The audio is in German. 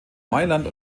mailand